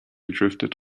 drifted